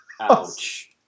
ouch